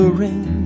ring